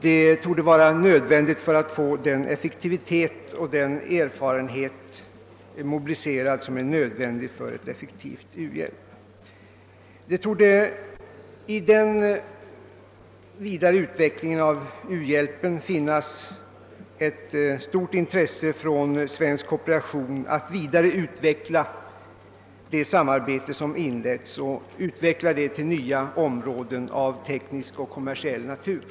Det torde vara nödvändigt för att åstadkomma den effektivitet och få den erfarenhet som är nödvändig för att u-hjälpen skall bli verkningsfull. I den vidare utvecklingen av u-hjälpen torde finnas ett stort intresse från svensk kooperation att utveckla det samarbete som har inletts till nya områden av teknisk och kommersiell natur.